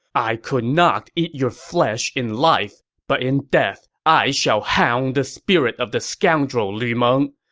i could not eat your flesh in life, but in death i shall hound the spirit of the scoundrel lu meng!